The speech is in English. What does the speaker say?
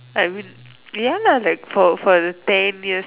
I mean ya lah like for for the ten years